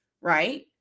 right